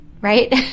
right